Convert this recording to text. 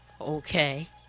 Okay